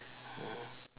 mmhmm